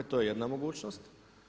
To je jedna mogućnost.